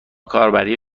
کاربری